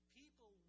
people